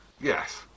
yes